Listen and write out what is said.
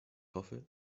hoffe